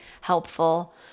helpful